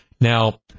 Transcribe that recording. Now